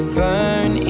burn